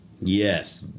Yes